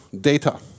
Data